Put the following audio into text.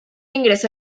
ingresó